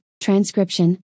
transcription